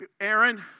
Aaron